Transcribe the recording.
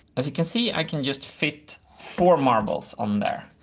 as you can see, i can just fit four marbles on there.